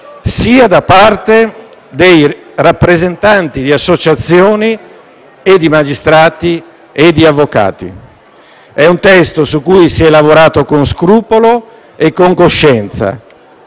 sia dei rappresentanti di associazioni, magistrati e avvocati. È un testo su cui si è lavorato con scrupolo e coscienza,